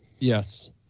Yes